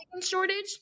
shortage